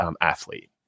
athlete